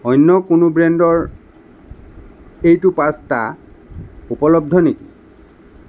অন্য কোনো ব্ৰেণ্ডৰ এইটো পাস্তা উপলব্ধ নেকি